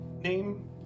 name